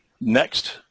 next